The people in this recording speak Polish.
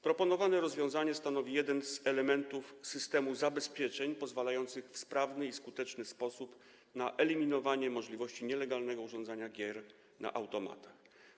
Proponowane rozwiązanie stanowi jeden z elementów systemu zabezpieczeń pozwalających w sprawny i skuteczny sposób eliminować możliwości nielegalnego urządzania gier na automatach.